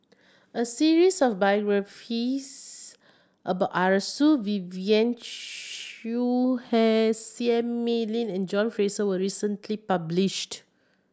a series of biographies about Arasu Vivien Quahe Seah Mei Lin and John Fraser was recently published